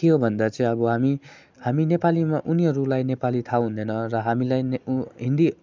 त्यो भन्दा चाहिँ अब हामी हामी नेपालीमा उनीहरूलाई नेपाली थाहा हुँदैन र हामीलाई ऊ हिन्दी